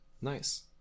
Nice